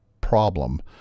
problem